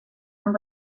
amb